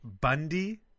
Bundy